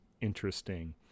interesting